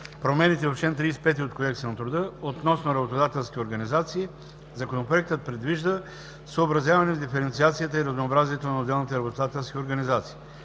промените в чл. 35 от Кодекса на труда относно работодателските организации Законопроектът предвижда съобразяване с диференциацията и разнообразието на отделните работодателски организации.